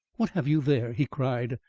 what have you there? he cried.